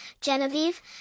Genevieve